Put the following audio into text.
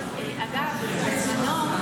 אדוני